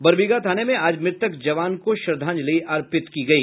बड़बीघा थाने में आज मृतक जवान को श्रद्धांजलि अर्पित की गयी